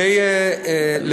לגבי נושא,